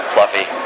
Fluffy